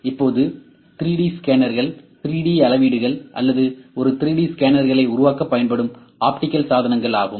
இப்போது 3D ஸ்கேனர்கள் 3D அளவீடுகள் அல்லது ஒரு 3D ஸ்கேனர்களை உருவாக்க பயன்படும் ஆப்டிகல் சாதனங்கள் ஆகும்